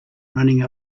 running